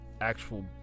actual